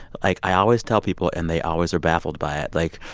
like, i always tell people, and they always are baffled by it. like,